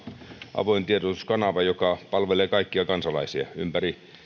avoin tiedotuskanava joka palvelee kaikkia kansalaisia ympäri